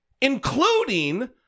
including